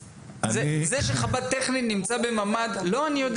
זה שחב"ד טכנית נמצא בממ"ד --- אני אומר